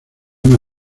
una